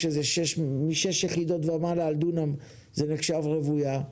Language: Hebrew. משש יחידות ומעלה על דונם זה נחשב רוויה,